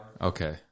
Okay